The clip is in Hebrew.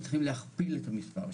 ונמצאת כאן גם ציפי מאותו בית חולים,